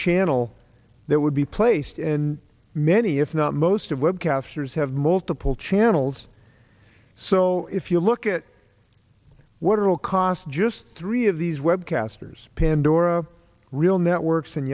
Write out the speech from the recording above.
channel that would be placed in many if not most of web captures have multiple channels so if you look at what it will cost just three of these web casters pandora real networks and